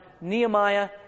Nehemiah